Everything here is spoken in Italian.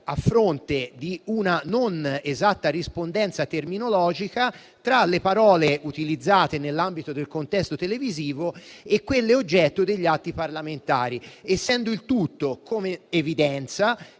a fronte di una non esatta rispondenza terminologica tra le parole utilizzate nell'ambito del contesto televisivo e quelle oggetto degli atti parlamentari, essendo il tutto, come evidenza,